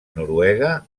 noruega